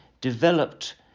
developed